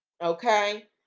Okay